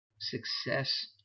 success